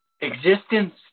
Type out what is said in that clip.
existence